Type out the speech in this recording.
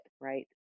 right